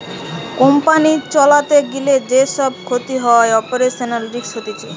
company চালাতে গিলে যে সব ক্ষতি হয়ে অপারেশনাল রিস্ক হতিছে